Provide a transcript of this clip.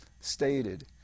stated